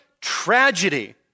Tragedy